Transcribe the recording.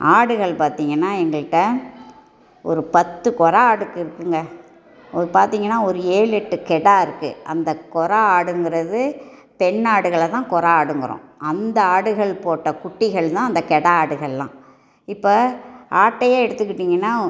ஆடுகள் பார்த்திங்கன்னா எங்ககிட்ட ஒரு பத்து கொரா ஆடு இருக்குதுங்க பார்த்திங்கன்னா ஒரு ஏழு எட்டு கிடா இருக்குது அந்த கொரா ஆடுங்கிறது பெண் ஆடுகளை தான் கொரா ஆடுங்குறோம் அந்த ஆடுகள் போட்ட குட்டிகள் தான் அந்த கிடா ஆடுகளெலாம் இப்போ ஆட்டையே எடுத்துகிட்டீங்கன்னால்